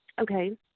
Okay